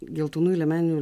geltonųjų liemenių